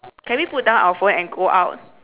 can we put down our phone and go out